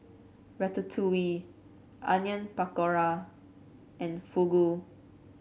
Ratatouille Onion Pakora and Fugu